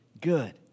good